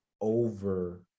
over